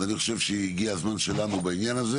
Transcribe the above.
אז אני חושב שהגיע הזמן שלנו בעניין הזה